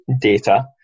data